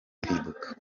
kwibuka